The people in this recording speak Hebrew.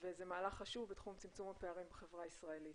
וזה מהלך חשוב בתחום צמצום הפערים בחברה הישראלית.